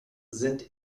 sind